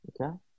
Okay